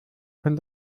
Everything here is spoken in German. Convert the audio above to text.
von